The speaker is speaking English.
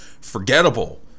forgettable